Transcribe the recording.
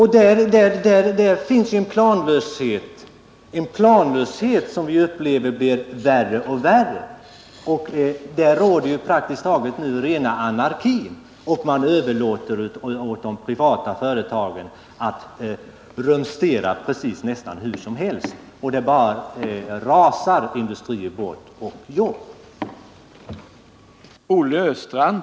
Här finns en planlöshet som vi upplever blir värre och värre. Det råder nu praktiskt taget anarki. Man överlåter åt de privata företagen att rumstera om nästan hur som helst, och industrier och jobb bara rasar bort.